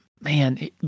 man